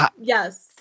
yes